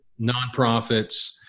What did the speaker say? nonprofits